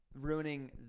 ruining